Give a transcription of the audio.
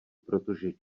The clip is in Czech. protože